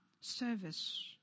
Service